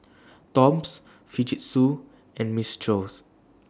Toms Fujitsu and Mistral